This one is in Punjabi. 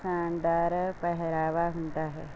ਸ਼ਾਨਦਾਰ ਪਹਿਰਾਵਾ ਹੁੰਦਾ ਹੈ